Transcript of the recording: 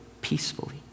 peacefully